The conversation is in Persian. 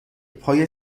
پای